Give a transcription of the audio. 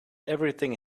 everything